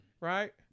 Right